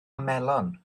melon